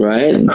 Right